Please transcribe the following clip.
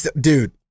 dude